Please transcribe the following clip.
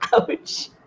Ouch